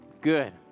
good